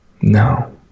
no